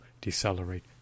decelerate